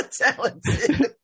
talented